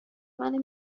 منو